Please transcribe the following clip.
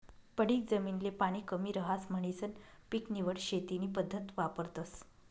पडीक जमीन ले पाणी कमी रहास म्हणीसन पीक निवड शेती नी पद्धत वापरतस